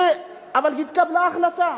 אבל התקבלה החלטה.